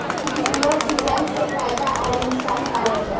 Sprinkler सिंचाई से फायदा अउर नुकसान का होला?